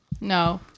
No